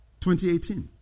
2018